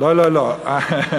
לא, לא, לא.